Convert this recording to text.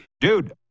Dude